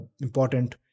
important